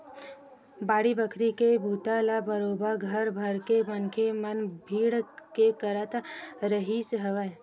बाड़ी बखरी के बूता ल बरोबर घर भरके मनखे मन भीड़ के करत रिहिस हवय